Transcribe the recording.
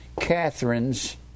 Catherine's